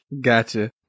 Gotcha